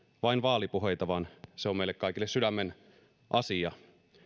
vain vaalipuheita vaan se on meille kaikille sydämenasia